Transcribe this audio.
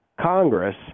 Congress